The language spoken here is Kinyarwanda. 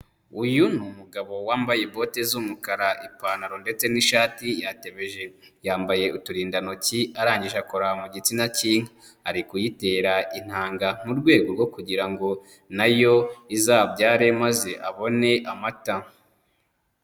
Uyu ni umugabo wambaye bote z'umukara, ipantaro ndetse n'ishati yatebeje, yambaye uturindantoki arangije akora mu gitsina cy'inka, ari kuyitera intanga mu rwego rwo kugira ngo na yo izabyare maze abone amata.